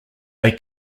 they